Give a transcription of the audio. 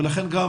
לכן גם